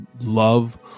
love